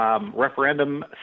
referendum